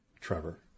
Trevor